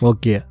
Okay